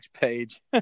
page